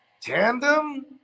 Tandem